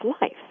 life